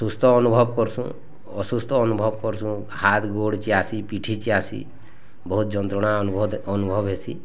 ସୁସ୍ଥ ଅନୁଭବ କର୍ସୁଁ ଅସୁସ୍ଥ ଅନୁଭବ କର୍ସୁଁ ହାତ୍ ଗୋଡ଼ ଚିୟାସି ପିଠି ଚିୟାସି ବହୁତ୍ ଯନ୍ତ୍ରଣା ଅନୁଭଦ୍ ଅନୁଭବ ହେସି